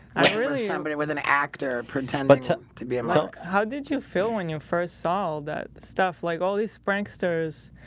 i really remembered it with an actor pretend but to to be a milk how did you fill in your first all that stuff like all these pranksters?